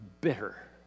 bitter